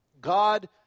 God